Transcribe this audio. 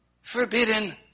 forbidden